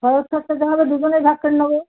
খরচ খরচা যা হবে দুজনে ভাগ করে নেবো